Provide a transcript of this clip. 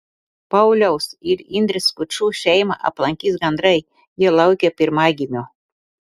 pauliaus ir indrės skučų šeimą aplankys gandrai jie laukia pirmagimio